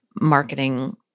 marketing